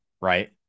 right